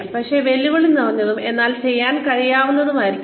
അവ വെല്ലുവിളി നിറഞ്ഞതും എന്നാൽ ചെയ്യാൻ കഴിയുന്നതുമായിരിക്കണം